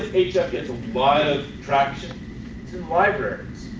hf gets a lot of transaction is in libraries.